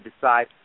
decide